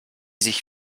sich